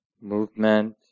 movement